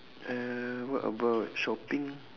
uh what about shopping